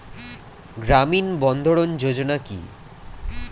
গ্রামীণ বন্ধরন যোজনা কি?